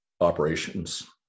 operations